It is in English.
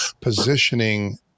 Positioning